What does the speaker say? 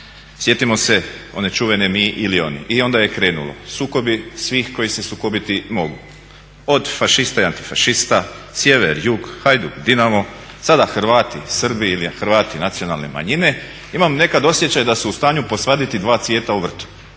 Sjetimo se one čuvene mi ili oni. I onda je krenulo, sukobi svih koji se sukobiti mogu, od fašista i antifašista, sjever-jug, Hajduk-Dinamo, sada Hrvati-Srbi ili Hrvati-nacionalne manjine. Imam nekad osjećaj da su u stanju posvaditi dva cvijeta u tvrtku,